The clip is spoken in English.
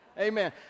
Amen